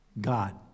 God